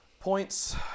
points